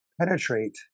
penetrate